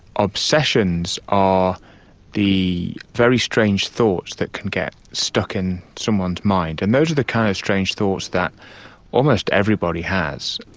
obsessions are the very strange thoughts that can get stuck in someone's mind, and those of the kind of strange thoughts that almost everybody has.